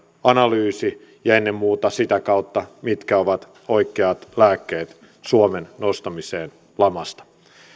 analyysi ja ennen muuta mitkä ovat sitä kautta oikeat lääkkeet suomen nostamiseen lamasta